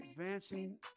Advancing